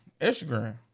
Instagram